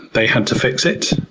they had to fix it.